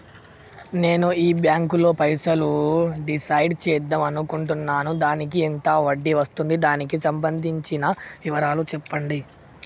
నేను ఈ బ్యాంకులో పైసలు డిసైడ్ చేద్దాం అనుకుంటున్నాను దానికి ఎంత వడ్డీ వస్తుంది దానికి సంబంధించిన వివరాలు చెప్పండి?